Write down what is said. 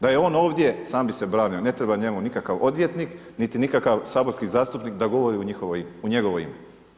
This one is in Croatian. Da je on ovdje, sam bi se branio, ne treba njemu nikakav odvjetnik niti nikakav saborski zastupnik da govori u njegovo ime.